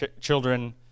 children